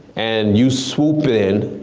and you swoop in